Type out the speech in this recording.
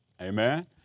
Amen